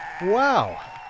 Wow